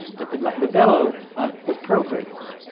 but that the velo um was pro-dreyfus.